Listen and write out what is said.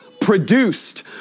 produced